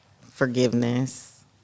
forgiveness